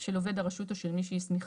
של עובד הרשות או של מי שהסמיכה,